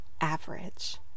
average